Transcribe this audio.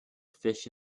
fish